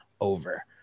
over